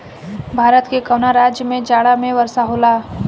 भारत के कवना राज्य में जाड़ा में वर्षा होला?